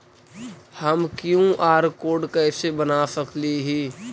हम QR code कैसे बना सकली ही?